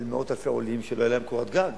למאות אלפי עולים שלא היתה להם קורת גג,